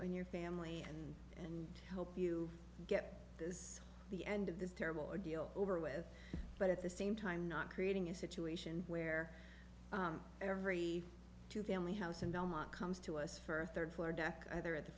and your family and and help you get this is the end of this terrible ordeal over with but at the same time not creating a situation where every two family house in belmont comes to us for third floor deck either at the